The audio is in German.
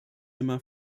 immer